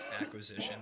acquisition